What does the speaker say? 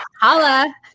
Holla